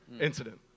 incident